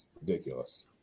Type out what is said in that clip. ridiculous